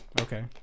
okay